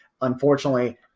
Unfortunately